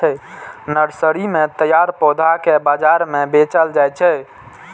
nursery मे तैयार पौधा कें बाजार मे बेचल जाइ छै